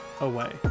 away